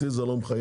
אותי זה לא מחייב